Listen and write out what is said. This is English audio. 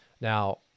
Now